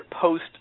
post